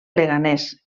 leganés